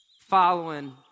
following